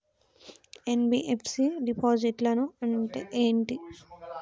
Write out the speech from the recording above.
NBFC డిపాజిట్లను అంటే ఏంటి?